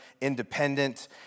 independent